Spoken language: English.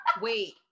Wait